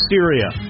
Syria